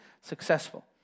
successful